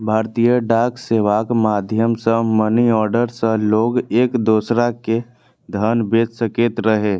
भारतीय डाक सेवाक माध्यम सं मनीऑर्डर सं लोग एक दोसरा कें धन भेज सकैत रहै